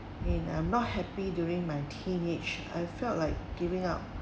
and I'm not happy during my teenage I felt like giving up